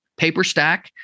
Paperstack